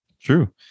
True